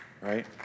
right